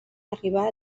arribar